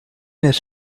his